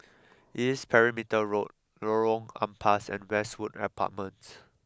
East Perimeter Road Lorong Ampas and Westwood Apartments